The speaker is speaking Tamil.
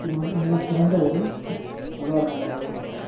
இது வந்து மிக சிறந்த ஒரு உதாரணமாக இருக்கும்